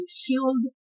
shield